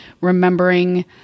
Remembering